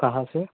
کہاں سے